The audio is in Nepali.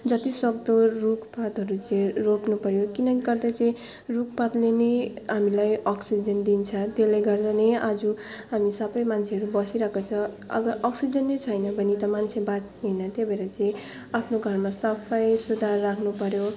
जतिसक्दो रुखपातहरू चाहिँ रोप्नुपऱ्यो किनभने त्यहाँपछि रुखपातले नै हामीलाई अक्सिजन दिन्छ त्यसले गर्दा नै आज हामी सबै मान्छेहरू बसिरहेको छ अब अक्सिजन नै छैन भने त मान्छे बाँच्तैन त्यही भएर चाहिँ आफ्नो घरमा सफाइ सुग्घर राख्नुपऱ्यो